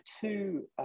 two